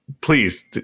please